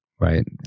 right